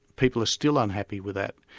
people are still unhappy with that.